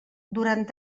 durant